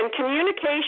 communication